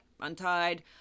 untied